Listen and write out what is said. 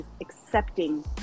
accepting